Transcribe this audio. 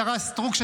השרה סטרוק,